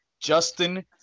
Justin